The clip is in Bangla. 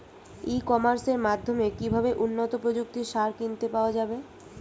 ই কমার্সের মাধ্যমে কিভাবে উন্নত প্রযুক্তির সার কিনতে পাওয়া যাবে?